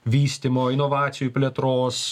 vystymo inovacijų plėtros